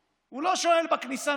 הוא לא שואל בכניסה